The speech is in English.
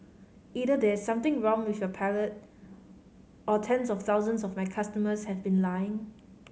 either there is something wrong with your palate or tens of thousands of my customers have been lying